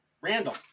Randall